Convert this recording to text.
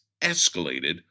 escalated